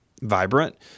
vibrant